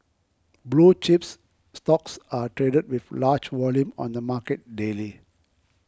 blue chips stocks are traded with large volume on the market daily